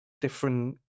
different